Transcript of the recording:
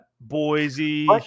Boise